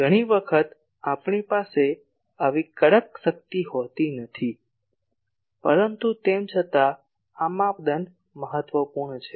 ઘણી વખત આપણી પાસે આવી કડક શક્તિ હોતી નથી પરંતુ તેમ છતાં આ માપદંડ મહત્વપૂર્ણ છે